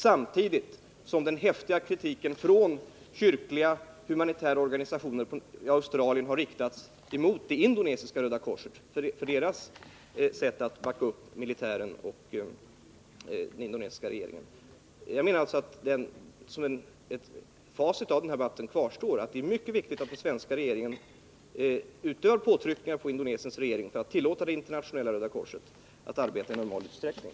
Häftig kritik har också från kyrkliga och humanitära organisationer i Australien riktats mot Indonesiska röda korset för dess sätt att backa upp militären och den indonesiska regeringen. Som ett facit av denna diskussion kvarstår att det är mycket viktigt att den svenska regeringen utövar påtryckningar på den indonesiska regeringen för att tillåta Internationella röda korset att arbeta i normal utsträckning.